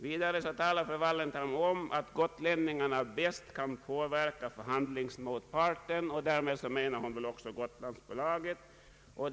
Fru Wallentheim talade vidare om att gotlänningarna bäst kan påverka förhandlingsmotparten — och därmed menar hon väl Gotlandsbolaget.